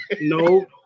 No